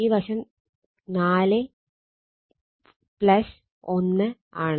ഈ വശം 4 1 ആണ്